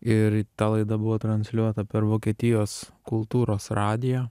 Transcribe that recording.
ir ta laida buvo transliuota per vokietijos kultūros radiją